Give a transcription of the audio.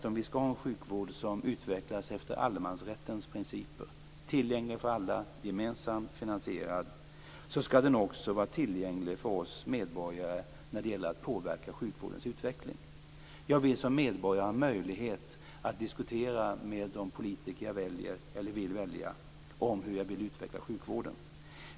Om vi skall ha en sjukvård som utvecklas efter allemansrättens principer - tillgänglig för alla och gemensamt finansierad - skall den också vara tillgänglig för oss medborgare när det gäller att påverka sjukvårdens utveckling. Som medborgare vill jag ha möjlighet att diskutera med de politiker som jag väljer om hur jag vill att sjukvården skall utvecklas.